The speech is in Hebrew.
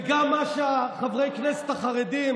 וגם מה שחברי הכנסת החרדים